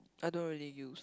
I don't really use